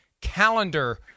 calendar